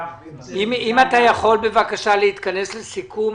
אם אתה יכול בבקשה להתכנס לסיכום.